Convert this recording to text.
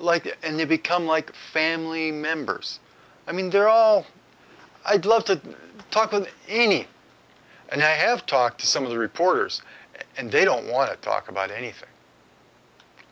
that and they become like family members i mean they're all i'd love to talk with any and i have talked to some of the reporters and they don't want to talk about anything